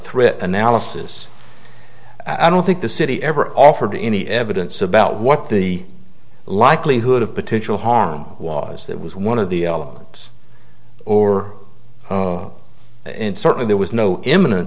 threat analysis i don't think the city ever offered any evidence about what the likelihood of potential harm was that was one of the elements or in certain there was no imminen